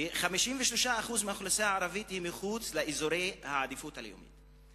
53% מהאוכלוסייה הערבית היא מחוץ לאזורי העדיפות הלאומית.